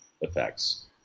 effects